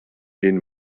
این